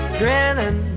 grinning